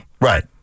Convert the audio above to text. Right